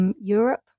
Europe